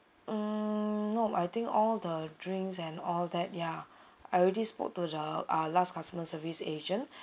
um no I think all the drinks and all that ya I already spoke to the uh last customer service agent